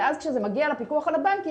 ואז כשזה מגיע לפיקוח על הבנקים,